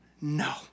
No